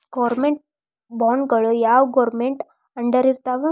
Government ಬಾಂಡ್ಗಳು ಯಾವ್ government ಅಂಡರಿರ್ತಾವ?